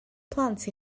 plant